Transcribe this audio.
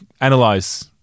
analyze